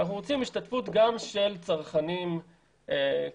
אנחנו רוצים השתתפות גם של צרכנים קטנים,